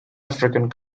african